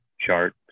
chart